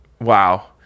wow